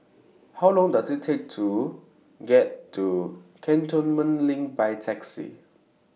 How Long Does IT Take to get to Cantonment LINK By Taxi